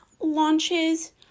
launches